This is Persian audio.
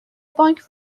بانک